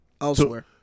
elsewhere